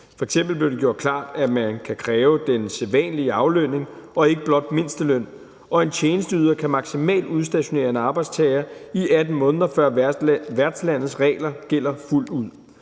blev det gjort klart, at man kan kræve den sædvanlige aflønning og ikke blot mindsteløn, og en tjenesteyder kan maksimalt udstationere en arbejdstager i 18 måneder, før værtslandets regler gælder fuldt ud.